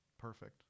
perfect